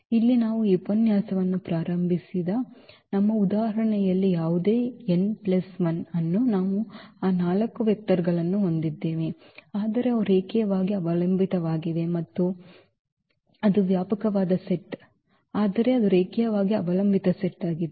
ಇಲ್ಲಿ ನಾವು ಈ ಉಪನ್ಯಾಸವನ್ನು ಪ್ರಾರಂಭಿಸಿದ ನಮ್ಮ ಉದಾಹರಣೆಯಲ್ಲಿ ಯಾವುದೇ n ಪ್ಲಸ್ 1 ಅನ್ನು ನಾವು ಆ 4 ವೆಕ್ಟರ್ ಗಳನ್ನು ಹೊಂದಿದ್ದೇವೆ ಆದರೆ ಅವು ರೇಖೀಯವಾಗಿ ಅವಲಂಬಿತವಾಗಿವೆ ಮತ್ತು ಅದು ವ್ಯಾಪಕವಾದ ಸೆಟ್ ಆಹ್ ಆದರೆ ಇದು ರೇಖೀಯವಾಗಿ ಅವಲಂಬಿತ ಸೆಟ್ ಆಗಿದೆ